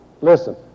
Listen